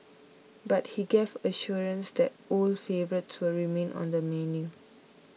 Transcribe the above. but he gave assurance that old favourites will remain on the menu